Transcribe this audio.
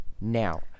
now